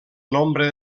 nombre